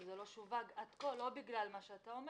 שזה לא שווק עד כה לא בגלל מה שאתה אומר